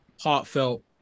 heartfelt